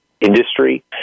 industry